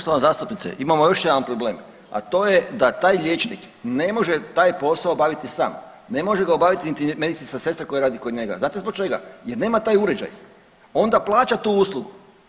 Poštovana zastupnice, imamo još jedan problem, a to je da taj liječnik ne može taj posao obaviti sam, ne može ga obaviti niti medicinska sestra koja radi kod njega, znate zbog čega, jer nema taj uređaj, onda plaća tu uslugu.